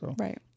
Right